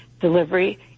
delivery